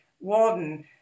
Walden